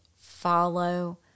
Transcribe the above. follow